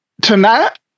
tonight